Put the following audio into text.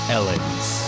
Ellens